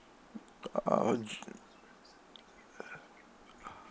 uh